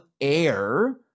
air